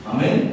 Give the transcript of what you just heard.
Amen